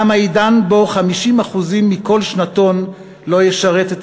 תם העידן שבו 50% מכל שנתון לא ישרת את